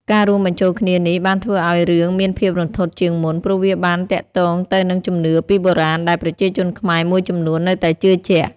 ការរួមបញ្ចូលគ្នានេះបានធ្វើឲ្យរឿងមានភាពរន្ធត់ជាងមុន ព្រោះវាបានទាក់ទងទៅនឹងជំនឿពីបុរាណដែលប្រជាជនខ្មែរមួយចំនួននៅតែជឿជាក់។